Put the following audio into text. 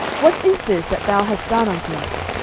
what is this that thou hast done unto us?